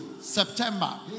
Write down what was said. September